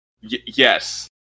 Yes